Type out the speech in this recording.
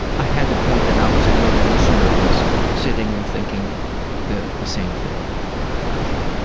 i had to point that out because i know the listener was sitting and thinking the the same thing about you.